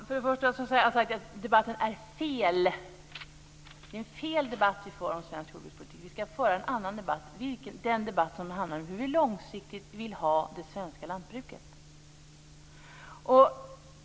Herr talman! Jag har sagt att debatten är fel. Det är en felaktig debatt vi för om svensk jordbrukspolitik. Vi skall föra en annan debatt - den debatt som handlar om hur vi långsiktigt vill ha det svenska lantbruket.